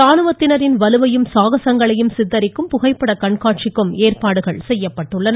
ராணுவத்தினரின் வலுவையும் சாகசங்களையும் சித்தரிக்கும் புகைப்பட கண்காட்சிக்கும் ஏற்பாடுகள் செய்யப்பட்டுள்ளன